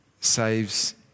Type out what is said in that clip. saves